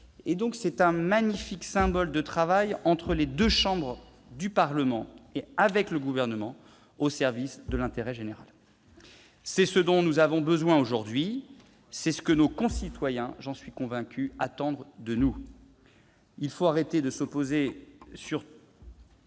texte. C'est un magnifique symbole de travail entre les deux chambres du Parlement et avec le Gouvernement, au service de l'intérêt général. C'est ce dont nous avons besoin aujourd'hui. C'est ce que nos concitoyens attendent de nous, j'en suis convaincu. Il faut arrêter de s'opposer sur